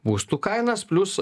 būstų kainas plius